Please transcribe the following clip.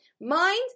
Mind